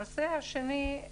הנושא השני,